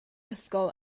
ysgol